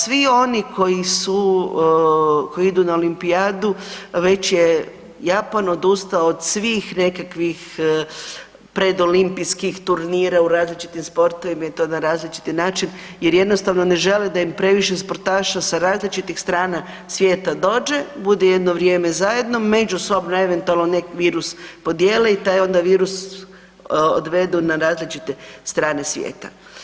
Svi oni koji su, koji idu na olimpijadu već je Japan odustao od svih nekakvih predolimpijskih turnira u različitim sportovima i to na različiti način jer jednostavno ne žele da im previše sportaša sa različitih strana svijeta dođe, bude jedno vrijeme zajedno, međusobno eventualno neki virus podijele i taj onda virus odvedu na različite strane svijeta.